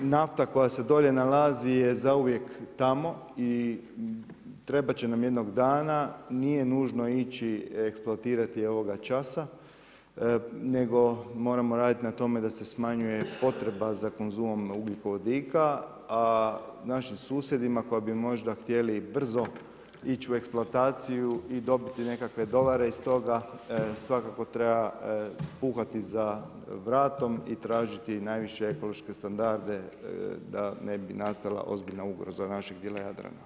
Nafta koja se dolje nalazi je zauvijek tamo i trebati će nam jednog dana, nije nužno ići eksploatirati ovoga časa, nego moramo raditi na tome da se smanjuje potreba za konzumom ugljikovodika a našim susjedima koji bi možda htjeli brzo ići u eksploataciju i dobiti nekakve dolare iz toga, svako treba puhati za vratom i tražiti najviše ekološke standarde da ne bi nastala ozbiljna ugroza našeg dijela Jadrana.